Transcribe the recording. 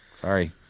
Sorry